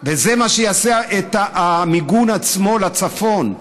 וזה מה שיעשה המיגון עצמו לצפון.